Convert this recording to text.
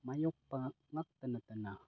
ꯃꯥꯏꯌꯣꯛꯄ ꯈꯛꯇ ꯅꯠꯇꯅ